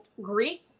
Greek